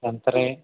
ఎంతరే